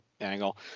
angle